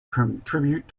contribute